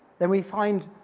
then we find,